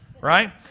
right